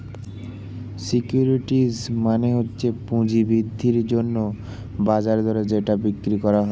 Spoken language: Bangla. সিকিউরিটিজ মানে হচ্ছে পুঁজি বৃদ্ধির জন্যে বাজার দরে যেটা বিক্রি করা যায়